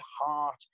heart